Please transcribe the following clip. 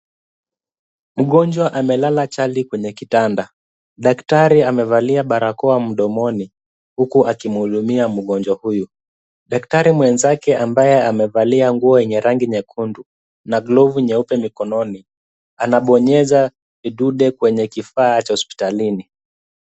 Mgonjwa amelala chali kwenye kitanda daktari amevalia barakoa mdomoni huku akimuhudumia mgonjwa huyo, daktari mwenzake ambaye amevalia nguu yenye rangi nyekundu na glovu nyeupe mikononi anabonyeza vidude kwenye kifaa cha hospitalini.